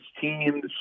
teams –